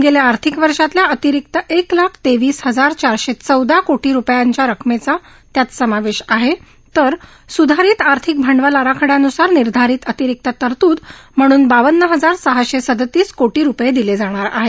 गेल्या आर्थिक वर्षातल्या अतिरिक्त एक लाख तेवीस हजार चारशे चौदा कोटी रुपयांच्या रकमेचा त्यात समावेश आहे तर सुधारित आर्थिक भांडवल आराखड्यानुसार निर्धारित अतिरिक्त तरतूद म्हणून बावन्न हजार सहाशे सदोतीस कोटी रुपये दिले जाणार आहेत